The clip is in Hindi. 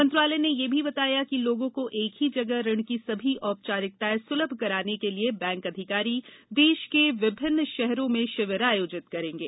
मंत्रालय ने यह भी बताया कि लोगों को एक ही जगह ऋण की सभी औपचारिकताएं सुलभ कराने के लिए बैंक अधिकारी देश के विभिन्न शहरों में शिविर आयोजित करेंगे